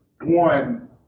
One